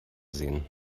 sehen